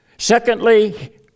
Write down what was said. Secondly